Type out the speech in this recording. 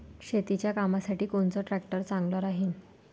शेतीच्या कामासाठी कोनचा ट्रॅक्टर चांगला राहीन?